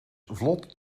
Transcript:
vlot